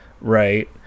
right